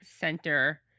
center